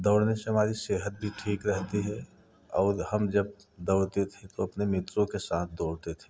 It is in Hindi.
दौड़ने से हमारी सेहत भी ठीक रहती है और हम जब दौड़ते थे तो अपने मित्रों के साथ दौड़ते थे